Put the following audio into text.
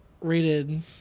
rated